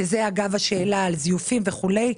שזה אגב השאלה על זיופים וכו'.